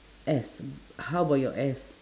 S how about your S